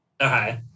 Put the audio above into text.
Okay